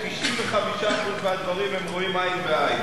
ש-90% מהדברים הם רואים עין בעין.